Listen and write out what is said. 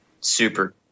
super